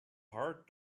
heart